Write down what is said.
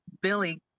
Billy